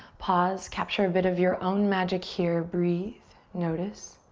pause. capture a bit of your own magic here, breathe. notice.